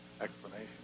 explanation